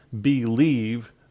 believe